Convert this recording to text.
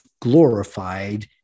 glorified